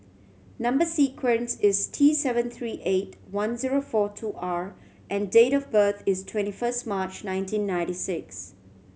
number sequence is T seven three eight one zero four two R and date of birth is twenty first March nineteen ninety six